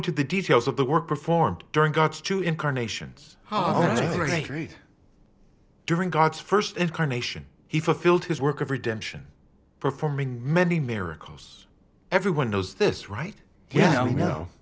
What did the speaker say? into the details of the work performed during gots to incarnations oh great during god's st incarnation he fulfilled his work of redemption performing many miracles everyone knows this right yeah